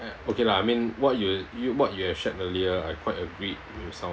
okay lah I mean what you what you have shared earlier I quite agree with some